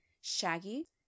Shaggy